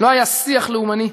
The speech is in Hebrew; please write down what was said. לא היה שיח לאומני.